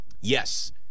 Yes